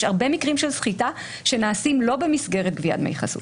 יש הרבה מקרים של סחיטה שנעשים לא במסגרת כפיית דמי חסות.